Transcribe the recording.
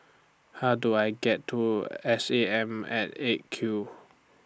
How Do I get to S A M At eight Q